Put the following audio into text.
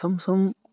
सम सम